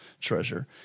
treasure